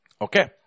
Okay